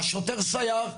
שוטר סייר,